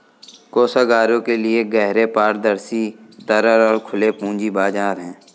कोषागारों के लिए गहरे, पारदर्शी, तरल और खुले पूंजी बाजार हैं